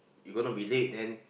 you going to be late then